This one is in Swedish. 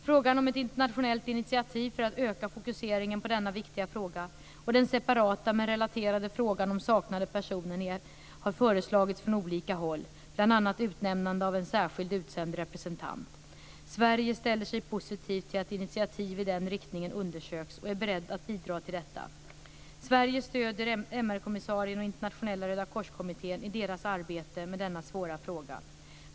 Frågan om ett internationellt initiativ för att öka fokuseringen på denna viktiga fråga och den separata men relaterade frågan om saknade personer har tagits upp från olika håll. Man har bl.a. föreslagit utnämnande av en särskild utsänd representant. Sverige ställer sig positivt till att initiativ i den riktningen undersöks och är berett att bidra till detta. Sverige stöder MR-kommissarien och Internationella rödakorskommittén i deras arbete med denna svåra fråga.